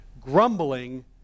Grumbling